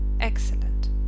Excellent